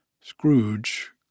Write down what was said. Scrooge